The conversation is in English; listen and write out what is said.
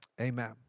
Amen